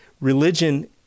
religion